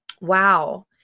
Wow